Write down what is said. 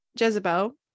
Jezebel